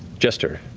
jester,